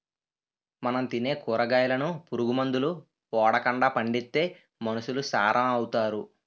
మనం తినే కూరగాయలను పురుగు మందులు ఓడకండా పండిత్తే మనుసులు సారం అవుతారు